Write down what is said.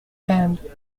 and